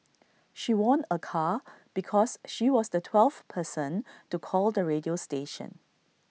she won A car because she was the twelfth person to call the radio station